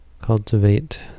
cultivate